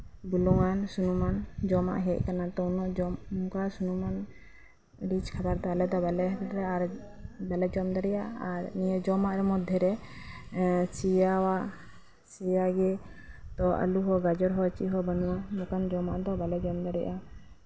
ᱵᱩᱞᱩᱝᱟᱱ ᱥᱩᱱᱩᱢᱟᱱ ᱡᱚᱢᱟᱜ ᱦᱮᱡ ᱠᱟᱱᱟ ᱚᱱᱠᱟ ᱥᱩᱱᱩᱢ ᱟᱱ ᱨᱤᱡ ᱠᱷᱟᱵᱟᱨ ᱫᱚ ᱵᱟᱞᱮ ᱡᱚᱢ ᱫᱟᱲᱮᱭᱟᱜᱼᱟ ᱟᱨ ᱱᱤᱭᱟᱹ ᱢᱚᱫᱽᱫᱷᱮᱨᱮ ᱥᱮᱭᱟ ᱟᱜ ᱥᱮᱭᱟ ᱜᱮ ᱛᱳ ᱟᱞᱩ ᱦᱚᱸ ᱜᱟᱡᱚᱨ ᱦᱚᱸ ᱵᱟᱝ ᱞᱟᱜᱟᱜᱼᱟ ᱫᱟᱠᱟᱧ ᱡᱚᱢᱟ ᱚᱱᱠᱟ ᱫᱚ ᱵᱟᱞᱮ ᱡᱚᱢ ᱫᱟᱲᱮᱭᱟᱜᱼᱟ